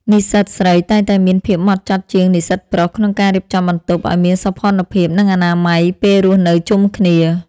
និស្សិតស្រីតែងតែមានភាពហ្មត់ចត់ជាងនិស្សិតប្រុសក្នុងការរៀបចំបន្ទប់ឱ្យមានសោភ័ណភាពនិងអនាម័យពេលរស់នៅជុំគ្នា។